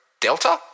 Delta